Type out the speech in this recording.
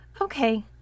Okay